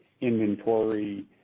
inventory